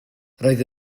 roedd